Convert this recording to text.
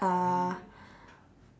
uh